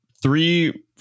three